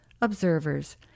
observers